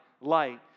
light